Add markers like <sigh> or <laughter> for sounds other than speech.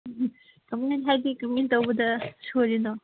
<unintelligible> ꯀꯃꯥꯏꯅ ꯇꯧꯕꯗ ꯁꯣꯏꯔꯤꯅꯣ